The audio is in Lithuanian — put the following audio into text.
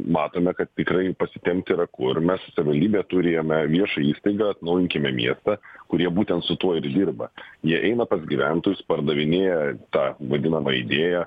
matome kad tikrai pasitempti yra kur mes savivaldybė turime viešą įstaigą atnaujinkime miestą kurie būtent su tuo ir dirba jie eina pas gyventojus pardavinėja tą vadinamą idėją